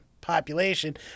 population